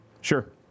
Sure